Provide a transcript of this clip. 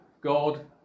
God